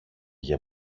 για